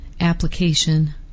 application